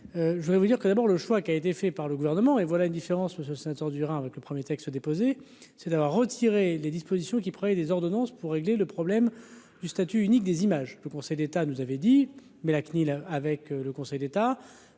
je voudrais vous dire que d'abord le choix qui a été fait par le gouvernement et voilà une différence parce ce secteur heures durant avec le 1er texte déposé, c'est d'avoir retiré les dispositions qui pourraient des ordonnances pour régler le problème du statut unique des images peu conseiller d'État nous avait dit mais la CNIL avec le Conseil d'État